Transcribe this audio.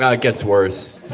ah it gets worse